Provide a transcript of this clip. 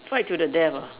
fight to the death ah